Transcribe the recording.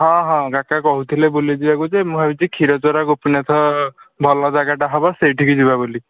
ହଁ ହଁ କାକା କହୁଥିଲେ ବୁଲିଯିବାକୁ ଯେ ମୁଁ ଭାବିଛି କ୍ଷୀରଚୋରାଗୋପୀନାଥ ଭଲ ଜାଗାଟା ହେବ ସେଇଠିକି ଯିବା ବୁଲି